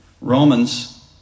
Romans